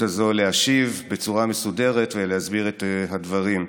הזאת להשיב בצורה מסודרת ולהסביר את הדברים.